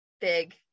big